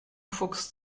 fuchs